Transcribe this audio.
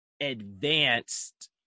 advanced